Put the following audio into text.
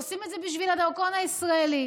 עושים את זה בשביל הדרכון הישראלי,